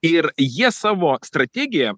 ir jie savo strategiją